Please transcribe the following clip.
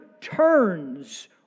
turns